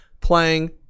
playing